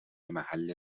محل